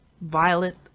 violet